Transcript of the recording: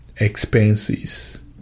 expenses